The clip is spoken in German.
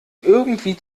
irgendwie